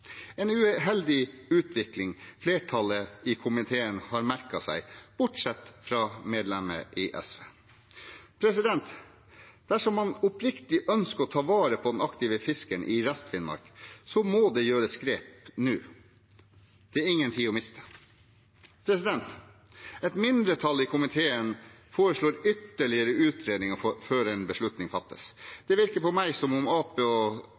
en uheldig utvikling som flertallet i komiteen har merket seg, bortsett fra medlemmet fra SV. Dersom man oppriktig ønsker å ta vare på den aktive fiskeren i Rest-Finnmark, må det tas grep nå. Det er ingen tid å miste. Et mindretall i komiteen foreslår ytterligere utredninger før en beslutning fattes. Det virker på meg som om Arbeiderpartiet og